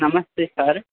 नमस्ते सर्